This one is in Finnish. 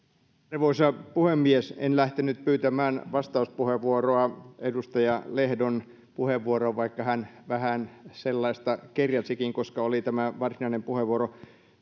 arvoisa puhemies en lähtenyt pyytämään vastauspuheenvuoroa edustaja lehdon puheenvuoroon vaikka hän vähän sellaista kerjäsikin koska oli tämä varsinainen puheenvuoro